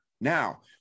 Now